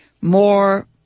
more